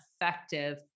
effective